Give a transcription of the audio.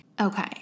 okay